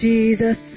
Jesus